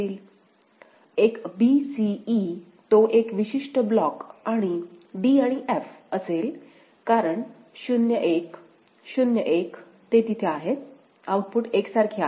एक b c e तो एक विशिष्ट ब्लॉक आणि d आणि f असेल कारण 0 1 0 1 ते तिथे आहेत आउटपुट एकसारखे आहेत